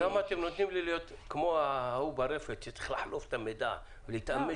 למה אתם נותנים לי כמו ההוא ברפת שצריך לחלוב את המידע ולהתאמץ?